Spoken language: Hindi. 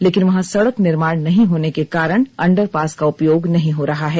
लेकिन वहां सड़क निर्माण नहीं होने के कारण अंडर पास का उपयोग नहीं हो रहा है